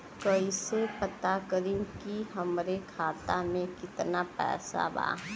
कइसे पता करि कि हमरे खाता मे कितना पैसा बा?